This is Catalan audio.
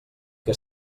que